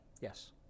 yes